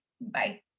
bye